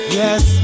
yes